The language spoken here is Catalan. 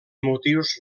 motius